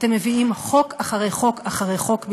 אתם מביאים חוק אחרי חוק אחרי חוק,